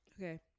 Okay